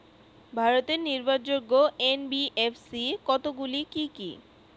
ভারতের নির্ভরযোগ্য এন.বি.এফ.সি কতগুলি কি কি?